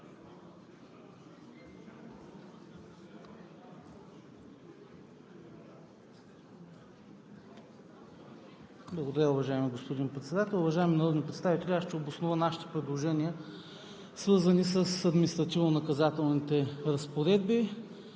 Благодаря, уважаеми господин Председател. Уважаеми народни представители! Аз ще обоснова нашите предложения, свързани с административнонаказателните разпоредби.